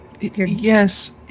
Yes